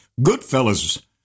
Goodfellas